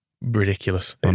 ridiculous